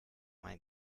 ein